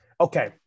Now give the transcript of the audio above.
Okay